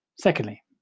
secondly